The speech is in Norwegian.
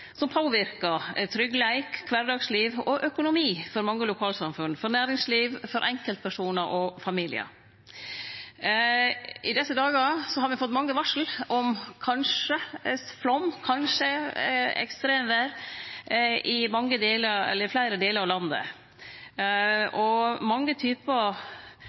som påverkar tryggleik, kvardagsliv og økonomi for mange lokalsamfunn – for næringsliv, for enkeltpersonar og for familiar. I desse dagar har me fått mange varsel om at det kanskje vert flaum, kanskje ekstremvêr, i fleire delar av landet. Mange typar